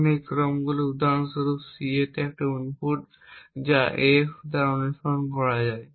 এখন এই ক্রমটি উদাহরণস্বরূপ ca একটি ইনপুট যা af দ্বারা অনুসরণ করা হয়